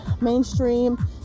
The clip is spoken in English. mainstream